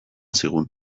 zigun